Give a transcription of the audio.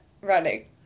running